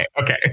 okay